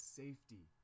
safety